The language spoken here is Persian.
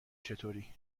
چطوری